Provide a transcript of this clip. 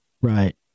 Right